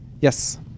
Yes